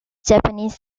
japanese